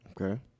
Okay